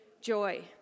joy